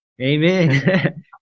amen